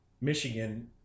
Michigan